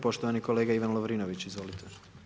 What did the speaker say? Poštovani kolega Ivan Lovrinović, izvolite.